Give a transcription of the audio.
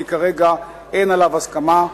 כי כרגע אין עליו הסכמה.